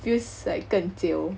feels like 更久